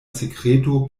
sekreto